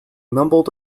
mumbled